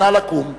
נא לקום.